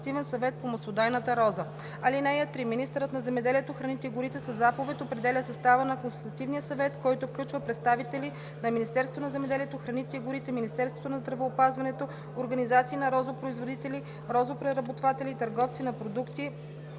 роза. (3) Министърът на земеделието, храните и горите със заповед определя състава на Консултативния съвет, който включва представители на Министерството на земеделието, храните и горите, Министерството на здравеопазването, организации на розопроизводители, розопреработватели и търговци на продукти